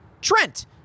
Trent